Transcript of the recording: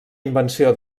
invenció